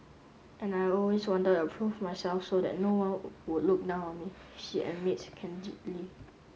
and I always wanted to prove myself so that no one would look down on me she admits candidly